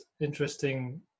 interesting